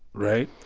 right?